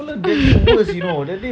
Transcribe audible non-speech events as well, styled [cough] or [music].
[laughs]